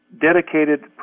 dedicated